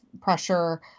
pressure